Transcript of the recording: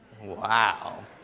Wow